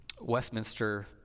Westminster